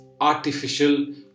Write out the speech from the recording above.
artificial